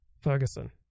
Ferguson